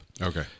Okay